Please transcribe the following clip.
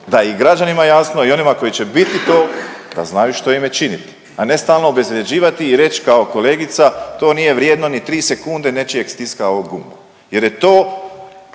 je i građanima jasno i onima koji će biti to, da znaju što im je činiti, a ne stalno obezvrjeđivati i reći kao kolegica, to nije vrijedno ni 3 sekunde nečijeg stiska ovog gumba jer je to